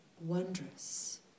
wondrous